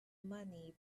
money